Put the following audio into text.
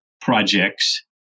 projects